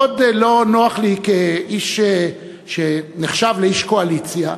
מאוד לא נוח לי כאיש שנחשב לאיש קואליציה,